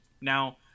Now